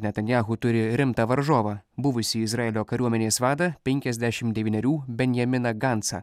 netanijahu turi rimtą varžovą buvusį izraelio kariuomenės vadą penkiasdešim devynerių benjaminą gancą